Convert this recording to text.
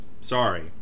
sorry